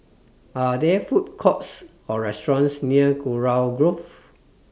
Are There Food Courts Or restaurants near Kurau Grove